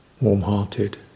warm-hearted